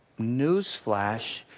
newsflash